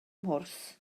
mhwrs